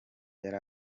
yari